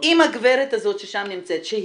עם הגברת הזאת שנמצאת שם,